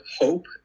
hope